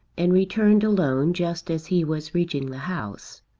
and returned alone just as he was reaching the house.